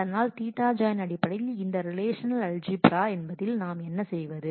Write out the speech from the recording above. அதனால் Ɵ ஜாயின் அடிப்படையில் இந்த ரிலேஷநல் அல்ஜிபிரா என்பதில் நாம் என்ன செய்வது